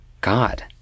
god